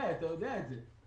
גיא, אתה יודע את זה.